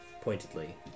pointedly